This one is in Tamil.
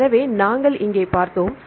எனவே நாங்கள் இங்கே பார்த்தோம்